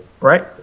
Right